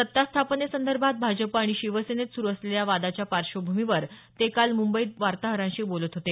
सत्ता स्थापनेसंदर्भात भाजप आणि शिवसेनेत सुरु असलेल्या वादाच्या पार्श्वभूमीवर ते काल मुंबईत वार्ताहरांशी बोलत होते